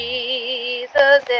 Jesus